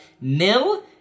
Nil